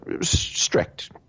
strict